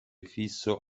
fisso